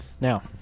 Now